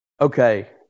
Okay